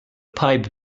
pipe